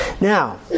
Now